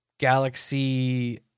galaxy